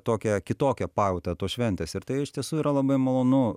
tokią kitokią pajautą tos šventės ir tai iš tiesų yra labai malonu